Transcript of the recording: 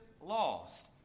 lost